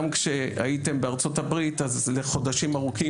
גם כשהייתם בארצות הברית אז לחודשים ארוכים